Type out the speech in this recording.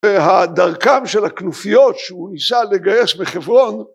והדרכם של הכנופיות שהוא ניסה לגייס מחברון